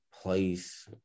place